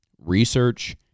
research